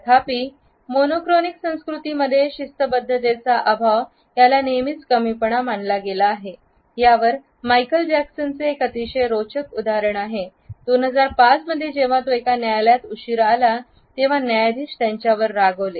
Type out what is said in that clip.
तथापि monochronic संस्कृतीमध्ये शिस्तबद्धतिचा अभाव याला नेहमीच कमीपणा मानला गेला आहे यावर मायकेल जॅक्सनचे एक अतिशय रोचक उदाहरण म्हणजे 2005 मध्ये जेव्हा तो एका न्यायालयात उशिरा आला तेव्हा न्यायाधीश त्यांच्यावर रागावले